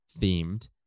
themed